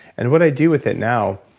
and what i do with it now,